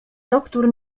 doktór